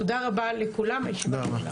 תודה רבה לכולם, הישיבה נעולה.